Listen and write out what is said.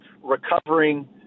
recovering